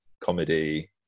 comedy